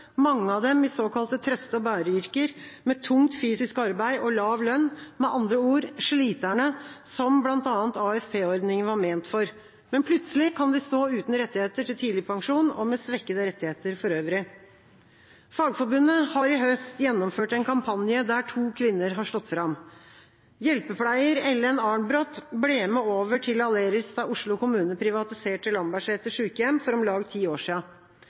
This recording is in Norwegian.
mange av dem i såkalte trøste-og-bære-yrker, med tungt fysisk arbeid og lav lønn, med andre ord: sliterne som bl.a. AFP-ordninga var ment for. Men plutselig kan de stå uten rettigheter til tidlig pensjon og med svekkede rettigheter for øvrig. Fagforbundet har i høst gjennomført en kampanje der to kvinner har stått fram. Hjelpepleier Ellen Arnbrott ble med over til Aleris da Oslo kommune privatiserte Lambertseter sykehjem for om lag ti år